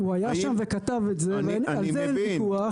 הוא היה שם וכתב את זה ועל זה אין ויכוח.